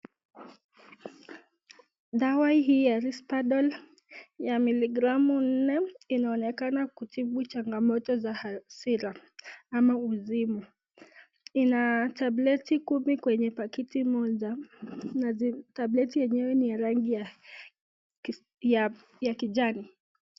Dawa hii ya Risperdol ya miligramu nne inaonekana kutibu changamoto za hasira ama uzima, ina tableti kumi kwenye pakiti moja na tableti yenyewe ni ya rangi ya kijani.